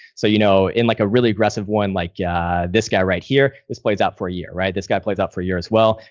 so, you know, in like a really aggressive one, like yeah this guy right here, this plays out for a year. right. this guy plays up for a year as well.